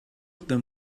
them